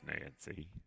Nancy